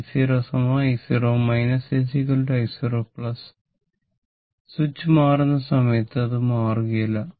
i0 i0 i0 switch മാറുന്ന സമയത്ത് അത് മാറുകയില്ല